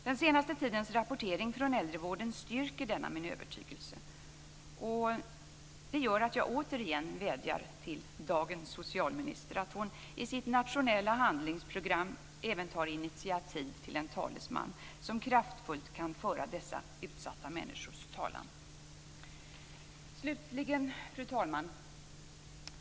Den senaste tidens rapportering från äldrevården styrker denna min övertygelse och gör att jag återigen vädjar till dagens socialminister att hon i sitt nationella handlingsprogram även tar initiativ till en talesman som kraftfullt kan föra dessa utsatta människors talan. Fru talman!